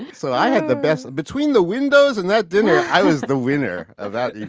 so i had the best, between the windows and that dinner, i was the winner of that yeah